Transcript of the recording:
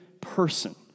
person